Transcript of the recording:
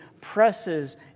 presses